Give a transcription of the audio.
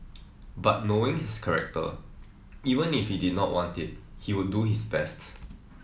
but knowing his character even if he did not want it he would do his best